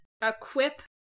equip